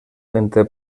entre